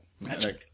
Magic